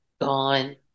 gone